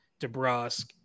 DeBrusque